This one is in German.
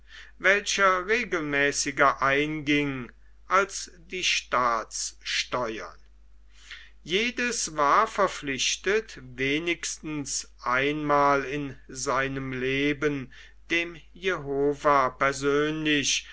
welcher regelmäßiger einging als die staatssteuern jedes war verpflichtet wenigstens einmal in seinem leben dem jehovah persönlich